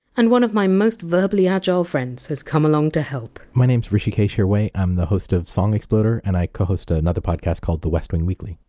and one of my most verbally-agile friends has come along to help. my name's hrishikesh hirway. i'm the host of song exploder, and i co-host another podcast called the west wing weekly.